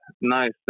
nice